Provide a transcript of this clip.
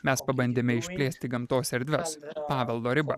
mes pabandėme išplėsti gamtos erdves paveldo ribą